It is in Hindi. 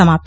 समाप्त